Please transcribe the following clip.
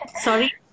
Sorry